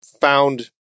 found